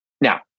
Now